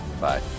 Bye